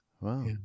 Wow